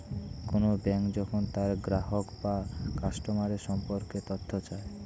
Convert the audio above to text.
কোন ব্যাঙ্ক যখন তার গ্রাহক বা কাস্টমার সম্পর্কে তথ্য চায়